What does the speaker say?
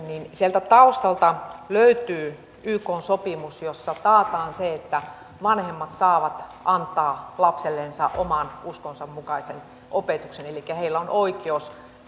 niin sieltä taustalta löytyy ykn sopimus jossa taataan se että vanhemmat saavat antaa lapsellensa oman uskonsa mukaisen opetuksen elikkä heillä on oikeus